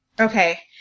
Okay